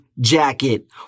jacket